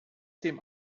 dem